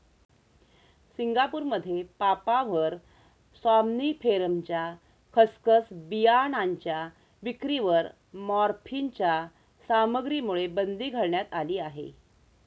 सिंगापूरमध्ये पापाव्हर सॉम्निफेरमच्या खसखस बियाणांच्या विक्रीवर मॉर्फिनच्या सामग्रीमुळे बंदी घालण्यात आली आहे